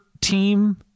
team